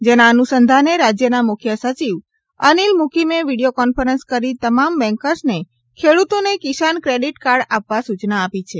જેના અનુસંધાને રાજ્યના મુખ્ય સચિવ અનિલ મુકીમે વીડિયો કોન્ફરન્સ કરી તમામ બેન્કર્સને ખેડૂતોને કિસાન ક્રેડિટ કાર્ડ આપવા સૂચના આપી છે